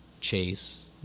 Chase